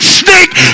snake